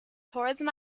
tourism